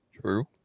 True